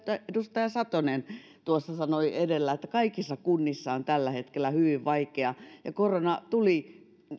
edustaja satonen sanoi edellä että kaikissa kunnissa on tällä hetkellä hyvin vaikeaa ja korona tuli